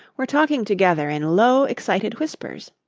were talking together in low, excited whispers.